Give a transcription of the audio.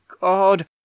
God